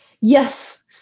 Yes